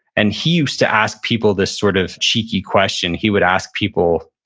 and he used to ask people this sort of cheeky question. he would ask people,